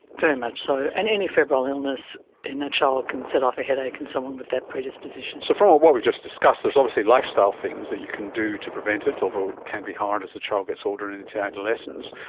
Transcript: very much so, and any febrile illness in a child can set off a headache in someone with that predisposition. so from what what we've just discussed there is obviously lifestyle things that you can do to prevent it, although it can be hard as the child gets older and into adolescence.